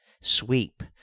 sweep